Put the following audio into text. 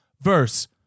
verse